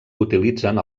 utilitzen